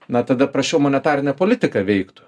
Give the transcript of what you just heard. na tada prasčiau monetarinė politika veiktų